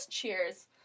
Cheers